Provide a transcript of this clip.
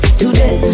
today